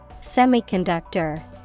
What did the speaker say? Semiconductor